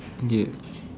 yeah